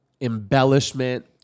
embellishment